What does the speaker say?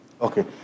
Okay